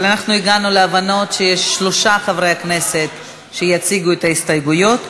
אבל הגענו להבנות ששלושה חברי כנסת יציגו את ההסתייגויות.